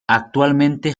actualmente